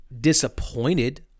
disappointed